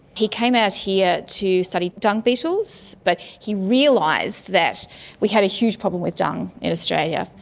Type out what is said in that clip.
he came out here to study dung beetles, but he realised that we had a huge problem with dung in australia,